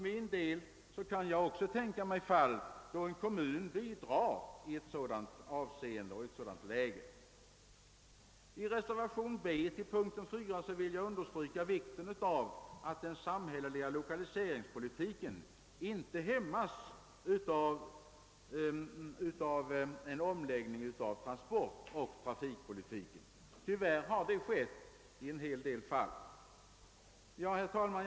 Jag kan också tänka mig fall då en kommun bidrar i ett sådant läge. När det gäller reservationen b vid punkten 4 vill jag understryka vikten av att den samhälleliga lokaliseringspolitiken inte hämmas genom en omläggning av transportoch trafikpolitiken. Tyvärr har det skett i en hel del fall. Herr talman!